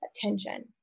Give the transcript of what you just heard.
attention